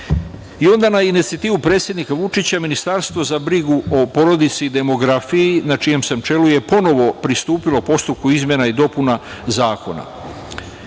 i onda, na inicijativu predsednika Vučića, Ministarstvo za brigu o porodici i demografiju, na čijem sam čelu, je ponovo pristupilo postupku izmena i dopuna